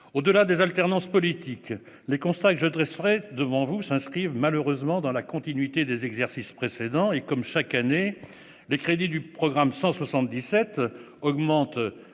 Au-delà des alternances politiques, les constats que je dresserai devant vous s'inscrivent malheureusement dans la continuité des exercices précédents. Comme chaque année, les crédits du programme 177 augmentent